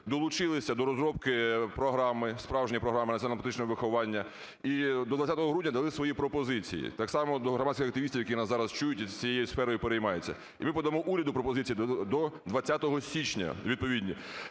долучилися до розробки програми, справжньої програми національно-патріотичного виховання і до 20 грудня дали свої пропозиції, так само до громадських активістів, які нас зараз чують і цією сферою переймаються. І ми подамо уряду пропозиції до 20 січня відповідні.